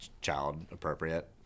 child-appropriate